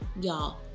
y'all